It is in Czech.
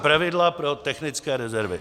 Pravidla pro technické rezervy.